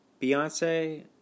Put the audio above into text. Beyonce